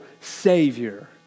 savior